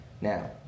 Now